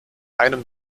einem